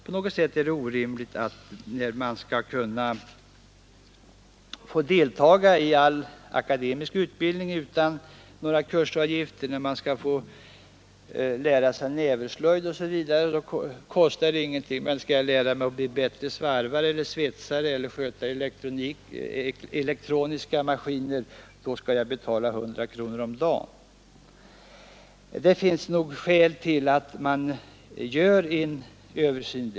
På något sätt är det ju orimligt att man skall kunna få delta i all akademisk utbildning utan några kursavgifter och att man — för att ta ett annat exempel — exempelvis skall få lära sig näverslöjd gratis, medan den som vill bli bättre svarvare eller svetsare eller den som vill lära sig sköta elektroniska maskiner skall betala 100 kronor om dagen. Det finns nog skäl att göra en översyn.